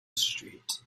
street